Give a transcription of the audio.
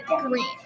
green